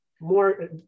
more